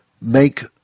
Make